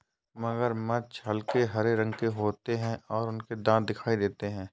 मगरमच्छ हल्के हरे रंग के होते हैं और उनके दांत दिखाई देते हैं